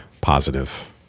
positive